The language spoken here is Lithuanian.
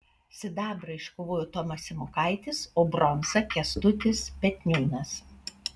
sidabrą iškovojo tomas simokaitis o bronzą kęstutis petniūnas